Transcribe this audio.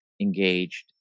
engaged